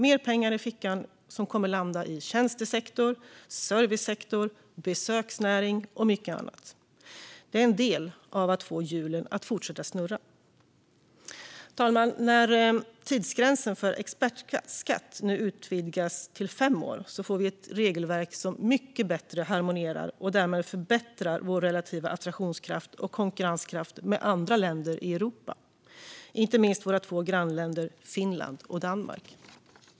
Mer pengar i fickan kommer att landa i tjänstesektor, servicesektor, besöksnäring och mycket annat. Det är en del av att få hjulen att fortsätta snurra. Fru talman! När tidsgränsen för expertskatt nu utvidgas till fem år får vi ett regelverk som bättre harmonierar med dem i andra länder i Europa och därmed förbättrar vår relativa attraktionskraft och konkurrenskraft. Det gäller inte minst regelverken i våra två grannländer Finland och Danmark.